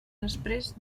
després